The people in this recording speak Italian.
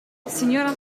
signora